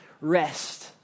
rest